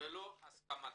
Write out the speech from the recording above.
בלא הסכמתם.